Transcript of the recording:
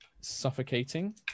suffocating